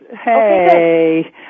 Hey